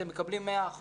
אתם מקבלים 100%,